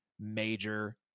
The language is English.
major